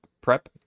prep